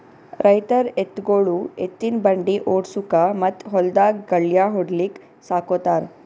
ರೈತರ್ ಎತ್ತ್ಗೊಳು ಎತ್ತಿನ್ ಬಂಡಿ ಓಡ್ಸುಕಾ ಮತ್ತ್ ಹೊಲ್ದಾಗ್ ಗಳ್ಯಾ ಹೊಡ್ಲಿಕ್ ಸಾಕೋತಾರ್